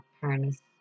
harness